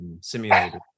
simulated